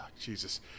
Jesus